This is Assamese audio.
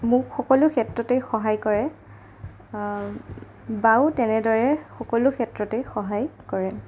মোক সকলো ক্ষেত্ৰতেই সহায় কৰে বায়েও তেনেদৰে সকলো ক্ষেত্ৰতেই সহায় কৰে